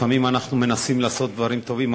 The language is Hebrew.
לפעמים אנחנו מנסים לעשות דברים טובים,